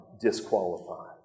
disqualified